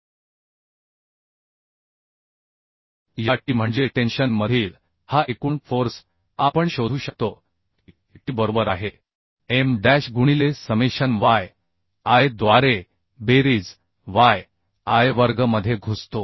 या T म्हणजे tension मधील हा एकूण फोर्स आपण शोधू शकतो की T बरोबर आहे M डॅश गुणिले समेशन yi द्वारे बेरीज yi वर्ग मध्ये घुसतो